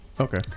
Okay